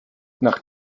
nach